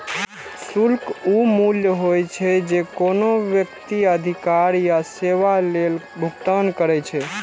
शुल्क ऊ मूल्य होइ छै, जे कोनो व्यक्ति अधिकार या सेवा लेल भुगतान करै छै